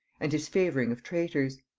and his favoring of traitors.